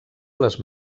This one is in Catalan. les